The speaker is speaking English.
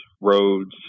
roads